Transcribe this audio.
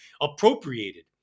appropriated